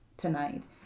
tonight